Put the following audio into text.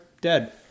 dead